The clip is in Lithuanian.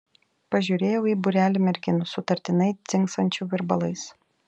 pažiūrėjau į būrelį merginų sutartinai dzingsinčių virbalais